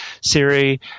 Siri